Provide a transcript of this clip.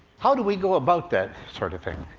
how do we go about that sort of thing?